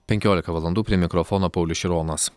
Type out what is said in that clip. penkiolika valandų prie mikrofono paulius šironas